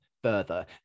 further